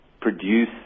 produce